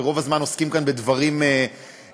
ורוב הזמן עוסקים כאן בדברים פוגעניים,